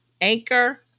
Anchor